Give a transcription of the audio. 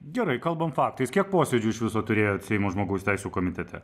gerai kalbam faktais kiek posėdžių iš viso turėjot seimo žmogaus teisių komitete